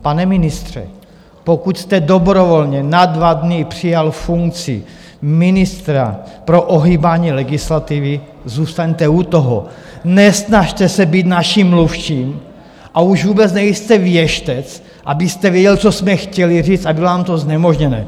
Pane ministře, pokud jste dobrovolně na dva dny přijal funkci ministra pro ohýbání legislativy, zůstaňte u toho, nesnažte se být naším mluvčím, a už vůbec nejste věštec, abyste věděl, co jsme chtěli říct, a bylo nám to znemožněno!